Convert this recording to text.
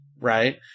right